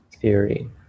theory